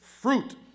fruit